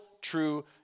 true